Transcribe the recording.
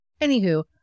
Anywho